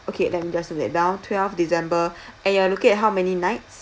okay let me just note that down twelfth december and you're looking at how many nights